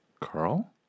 Carl